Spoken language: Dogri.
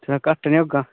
थोह्ड़ा घट्ट नी होग्गा